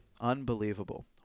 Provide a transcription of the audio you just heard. Unbelievable